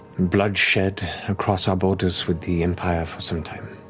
bloodshed across our borders with the empire for some time.